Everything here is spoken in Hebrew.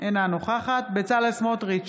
אינה נוכחת בצלאל סמוטריץ'